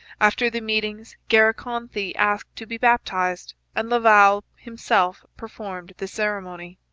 after the meetings garakonthie asked to be baptized, and laval himself performed the ceremony.